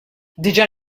diġà